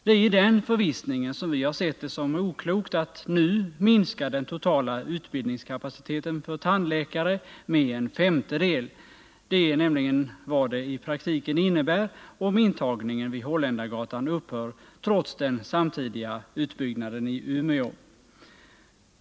Det är i den förvissningen som vi har sett det som oklokt att nu minska den totala utbildningskapaciteten för tandläkare med en femtedel. Detta är nämligen vad det i praktiken innebär om intagningen vid Holländargatan upphör, trots den samtidiga utbyggnaden i Umeå.